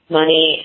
money